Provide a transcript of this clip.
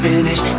Finish